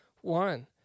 one